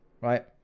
right